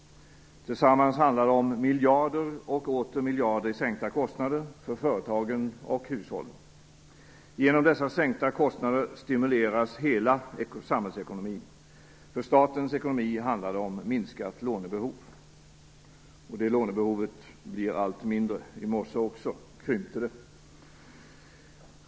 Tillsammans ger det miljarder och åter miljarder i sänkta kostnader för företagen och hushållen. Genom dessa sänkta kostnader stimuleras hela samhällsekonomin. För statens ekonomi handlar det om minskat lånebehov. Det behovet blir allt mindre; också i morse krympte det.